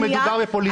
שמדובר בפוליטיקה.